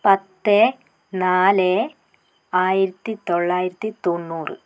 പത്ത് നാല് ആയിരത്തി തൊള്ളായിരത്തി തൊണ്ണൂറ്